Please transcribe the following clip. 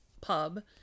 pub